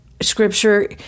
scripture